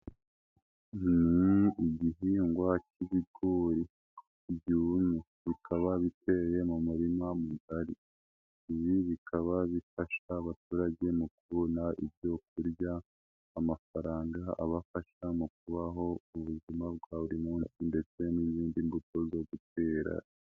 Ni igihingwa cy'iBigori byumye bikaba biteye mu murima mIGARI. Ibi bikaba bifasha abaturage mu kubona ibyo kurya, amafaranga abafasha mu kubaho ubuzima bwa buri munsi ndetse n'izindi mbuto zo gutera.